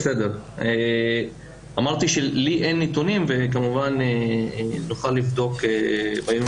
אמרתי שלי אין נתונים וכמובן נוכל לבדוק בימים